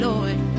Lord